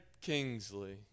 Kingsley